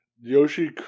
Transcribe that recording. Yoshi